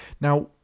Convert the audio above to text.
Now